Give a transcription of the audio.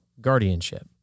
guardianship